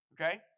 okay